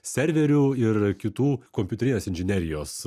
serverių ir kitų kompiuterinės inžinerijos